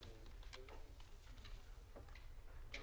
למשטרה אין,